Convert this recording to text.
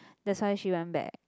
that's why she went back